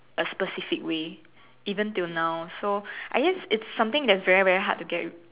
A specific way even till now so I guess it's something that's very very hard to get